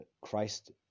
Christ